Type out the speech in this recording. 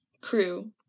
crew